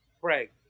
Craig